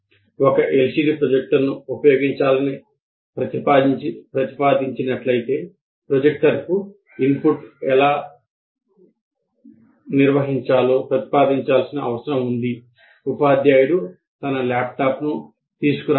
ఒక ఎల్సిడి ప్రొజెక్టర్ను ఉపయోగించాలని ప్రతిపాదించినట్లయితే ప్రొజెక్టర్కు ఇన్పుట్ ఎలా నిర్వహించాలో ప్రతిపాదించాల్సిన అవసరం ఉంది ఉపాధ్యాయుడు తన ల్యాప్టాప్ను తీసుకురావాలా